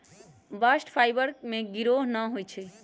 bast fibre में गिरह न होई छै